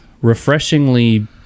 refreshingly